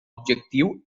objectiu